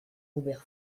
ober